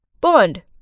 Bond